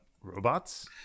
robots